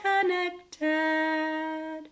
connected